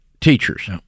teachers